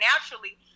naturally